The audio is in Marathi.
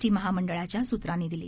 टीमहामंडळाच्यासूत्रांनीदिली